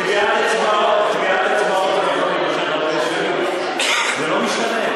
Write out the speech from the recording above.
טביעת אצבעות, זה לא משתנה.